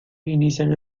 inician